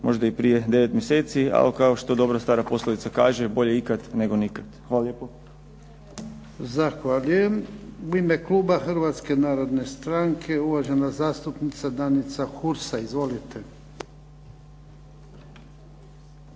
već i prije 9 mjeseci ali kao što dobra star poslovica kaže „Bolje ikad nego nikad“. Hvala lijepo. **Jarnjak, Ivan (HDZ)** Zahvaljujem. U ime Kluba Hrvatske narodne stranke uvažena zastupnica Danica Hursa.